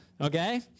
Okay